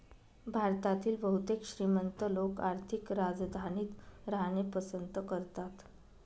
भारतातील बहुतेक श्रीमंत लोक आर्थिक राजधानीत राहणे पसंत करतात